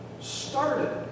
started